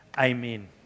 amen